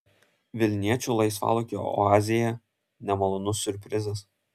vilniečių laisvalaikio oazėje nemalonus siurprizas